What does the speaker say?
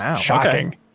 shocking